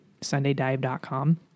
sundaydive.com